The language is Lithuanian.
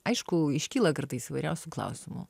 aišku iškyla kartais įvairiausių klausimų